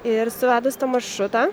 ir suvedus tą maršrutą